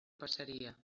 passaria